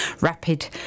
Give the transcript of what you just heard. rapid